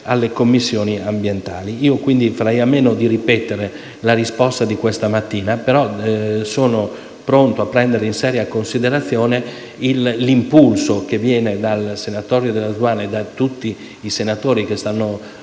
alle Commissioni ambiente. Farei pertanto a meno di ripetere la risposta di questa mattina, però sono pronto a prendere in seria considerazione l'impulso che viene dal senatore Dalla Zuanna e da tutti i senatori che hanno presentato